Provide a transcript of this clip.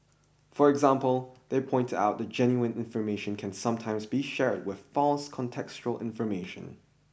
for example they pointed out that genuine information can sometimes be shared with false contextual information